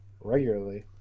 regularly